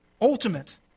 ultimate